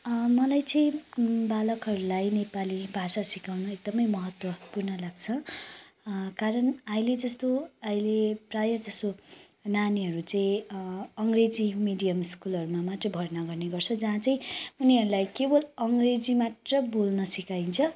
मलाई चाहिँ बालकहरूलाई नेपाली भाषा सिकाउनु एकदमै महत्त्वपूर्ण लाग्छ कारण आहिले जस्तो आहिले प्रायः जसो नानीहरू चाहिँ अङ्ग्रेजी मिडियम स्कुलहरूमा मात्रै भर्ना गर्ने गर्छ जहाँ चाहिँ उनीहरूलाई केवल अङ्ग्रेजी मात्र बोल्न सिकाइन्छ